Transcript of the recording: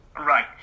Right